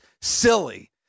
silly